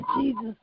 Jesus